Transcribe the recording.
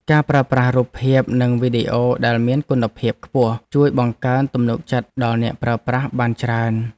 ការប្រើប្រាស់រូបភាពនិងវីដេអូដែលមានគុណភាពខ្ពស់ ជួយបង្កើនទំនុកចិត្តដល់អ្នកប្រើប្រាស់បានច្រើន។